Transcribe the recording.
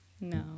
No